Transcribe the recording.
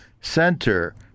center